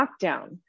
lockdown